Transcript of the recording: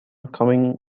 coming